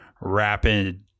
rapid